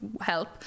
help